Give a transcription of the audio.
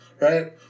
Right